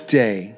day